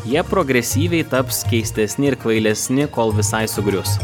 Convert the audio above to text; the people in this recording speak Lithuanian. jie progresyviai taps keistesni ir kvailesni kol visai sugrius